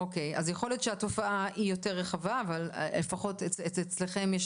אז יכול להיות שהתופעה רחבה יותר אבל לפחות אצלכם יש